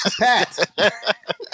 Pat